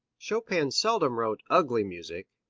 chopin seldom wrote ugly music,